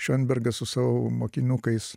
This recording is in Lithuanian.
šembergas su savo mokinukais